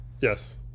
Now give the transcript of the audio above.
Yes